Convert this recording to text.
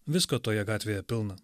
visko toje gatvėje pilna